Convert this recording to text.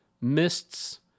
mists